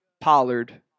Pollard